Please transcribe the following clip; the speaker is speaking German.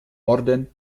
orden